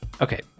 Okay